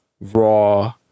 raw